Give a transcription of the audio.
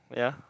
yeah